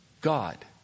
God